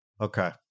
Okay